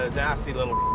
ah nasty little